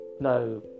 no